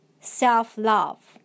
self-love